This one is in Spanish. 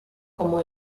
como